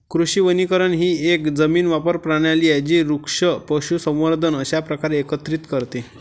कृषी वनीकरण ही एक जमीन वापर प्रणाली आहे जी वृक्ष, पशुसंवर्धन अशा प्रकारे एकत्रित करते